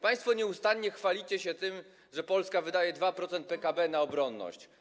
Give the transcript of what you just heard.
Państwo nieustanie chwalicie się tym, że Polska wydaje 2% PKB na obronność.